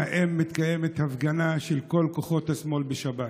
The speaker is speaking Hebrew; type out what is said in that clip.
ואם מתקיימת הפגנה של כל כוחות השמאל בשבת.